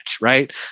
right